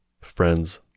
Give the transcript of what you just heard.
friends